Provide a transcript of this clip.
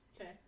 Okay